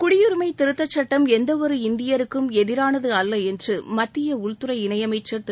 குடியுரிமை திருத்தச் சட்டம் எந்தவொரு இந்தியருக்கும் எதிரானது அல்ல என்று மத்திய உள்துறை இணையமைச்சர் திரு